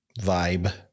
vibe